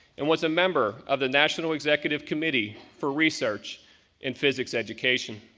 and was a member of the national executive committee for research and physics education.